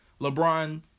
LeBron